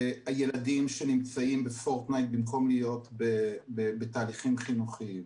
הילדים שנמצאים בפורטנייט במקום להיות בתהליכים חינוכיים,